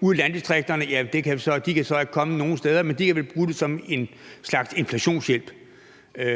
ude i landdistrikterne kan de så ikke komme nogen steder, men de kan vel bruge det som en slags inflationshjælp. Men